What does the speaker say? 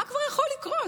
מה כבר יכול לקרות?